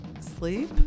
Sleep